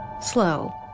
Slow